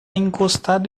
encostado